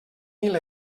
mil